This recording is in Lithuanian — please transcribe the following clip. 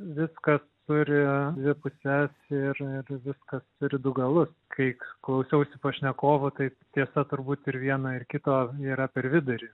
viskas turi dvi puses ir ir viskas turi du galus kaip klausiausi pašnekovų tai tiesa turbūt ir vieno ir kito yra per vidurį